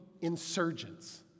insurgents